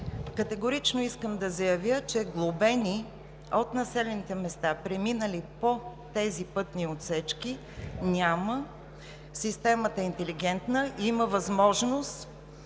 Категорично искам да заявя, че глобени от населените места, преминали по тези пътни отсечки, няма. Системата е интелигентна и има възможност,